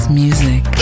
music